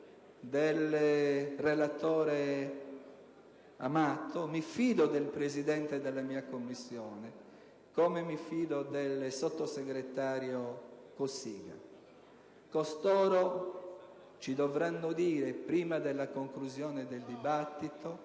senatore Amato, e mi fido del Presidente della mia Commissione, così come mi fido del sottosegretario Cossiga. Costoro dovranno dirci, prima della conclusione del dibattito,